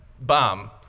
bomb